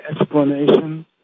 explanation